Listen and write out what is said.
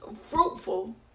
fruitful